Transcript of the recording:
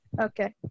Okay